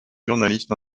journaliste